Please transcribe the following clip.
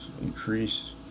increased